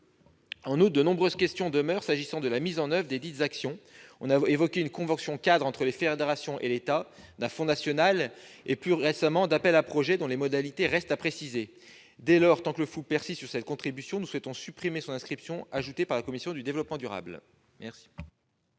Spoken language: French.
En outre, de nombreuses questions demeurent s'agissant de la mise en oeuvre desdites actions. On a évoqué une convention-cadre entre les fédérations et l'État, un fonds national et, plus récemment, des appels à projets, dont les modalités restent à préciser. Dès lors, tant que le flou persiste sur cette contribution, nous souhaitons revenir sur son inscription, par la commission de l'aménagement du territoire